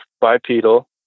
bipedal